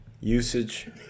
usage